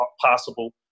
possible